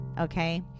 Okay